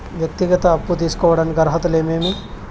వ్యక్తిగత అప్పు తీసుకోడానికి అర్హతలు ఏమేమి